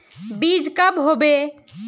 बीज कब होबे?